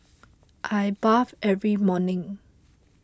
I bathe every morning